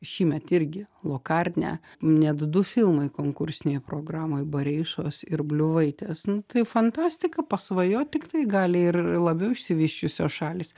šįmet irgi lokarne net du filmai konkursinėje programoje bareišos ir bliuvaitės nu tai fantastika pasvajot tik tai gali ir labiau išsivysčiusios šalys